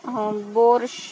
बोर्श